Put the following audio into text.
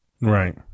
Right